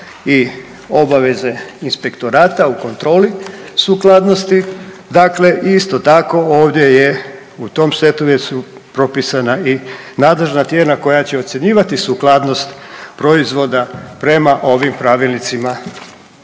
i obaveze inspektorata u kontroli sukladnosti. Dakle, isto tako, ovdje je, u tom setu već su propisana i nadležna tijela koja će ocjenjivati sukladnost proizvoda prema ovim pravilnicima